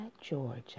Georgia